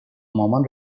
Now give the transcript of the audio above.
مامان